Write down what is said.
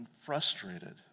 frustrated